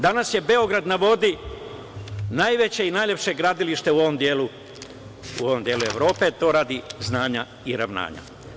Danas je „Beograd na vodi“ najveće i najlepše gradilište u ovom delu Evrope, to radi znanja i ravnanja.